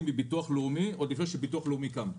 מביטוח לאומי עוד לפני שביטוח לאומי קם.